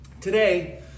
today